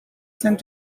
sent